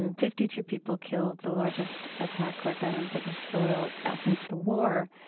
and fifty-two people killed, the largest attack like that on british soil since the war.